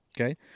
Okay